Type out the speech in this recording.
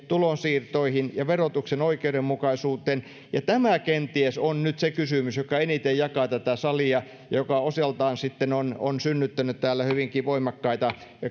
tulonsiirtoihin ja verotuksen oikeudenmukaisuuteen ja tämä kenties on nyt se kysymys joka eniten jakaa tätä salia ja joka osaltaan sitten on on synnyttänyt täällä hyvinkin voimakkaita